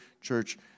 church